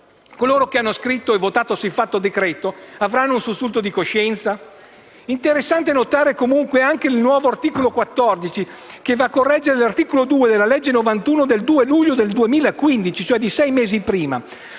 Coloro che hanno scritto e votato siffatto decreto avranno un sussulto di coscienza? Interessante è notare come il nuovo articolo 14 va a correggere l'articolo 2 della legge n. 91 del 2 luglio 2015, cioé di sei mesi prima;